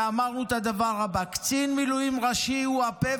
ואמרנו את הדבר הבא: קצין מילואים ראשי הוא הפה